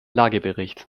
lagebericht